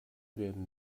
werden